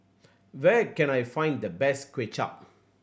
where can I find the best Kway Chap